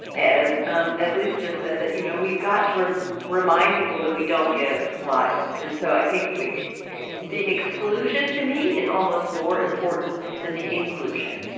um as lisa just said, that you know we've got to remind people that we don't give live. and so i think the exclusion, to me, is almost more important than the inclusion,